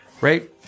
right